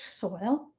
soil